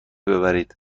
ببرید